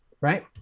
right